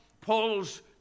Paul's